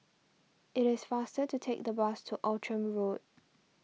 it is faster to take the bus to Outram Road